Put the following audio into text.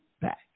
back